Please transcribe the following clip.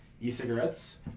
e-cigarettes